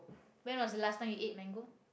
when was the last time you ate mango